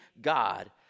God